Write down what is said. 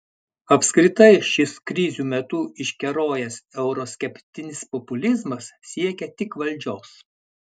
apskritai šis krizių metu iškerojęs euroskeptinis populizmas siekia tik valdžios